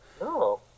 No